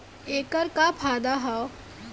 ऐकर का फायदा हव?